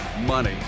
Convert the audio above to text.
money